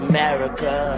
America